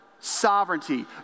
sovereignty